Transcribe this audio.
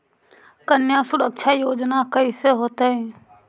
कन्या सुरक्षा योजना कैसे होतै?